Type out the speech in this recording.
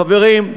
חברים,